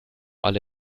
alle